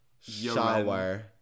shower